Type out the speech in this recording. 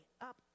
up